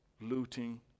looting